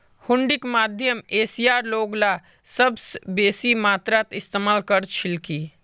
हुंडीक मध्य एशियार लोगला सबस बेसी मात्रात इस्तमाल कर छिल की